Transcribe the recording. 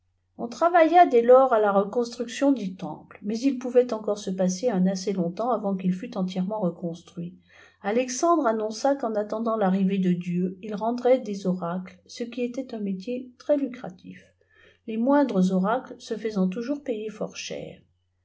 on travaillé dès tors avec ardeu à la reconstructiw du tihn pie mais il pouvait enjjore se passer un assez sg temps avant qu'il fût entièrement reconstruit alexandre anncmçé qu'ea iténdant l'arrivée de dieu il rendrait des osaelê cequi était un métier très lucratif les'iaaoindres orades se faisant touoiirs payer fort cher